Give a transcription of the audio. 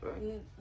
right